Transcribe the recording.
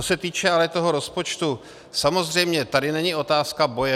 Co se týče ale toho rozpočtu, samozřejmě tady není otázka boje.